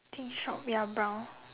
pink shop ya brown